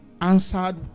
answered